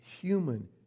human